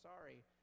sorry